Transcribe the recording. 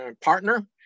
partner